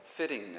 fittingness